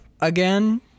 again